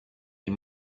iyi